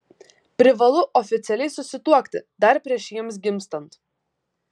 privalu oficialiai susituokti dar prieš jiems gimstant